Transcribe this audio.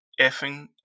effing